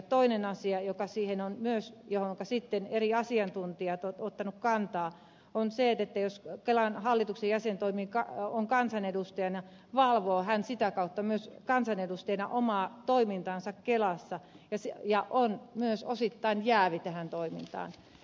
toinen asia joka siihen on myös jo johonka sitten eri asiantuntijat ovat ottaneet kantaa on se että jos kelan hallituksen jäsen on kansanedustajana hän valvoo sitä kautta myös kansanedustajana omaa toimintaansa kelassa ja on myös osittain jäävi tähän toimintaan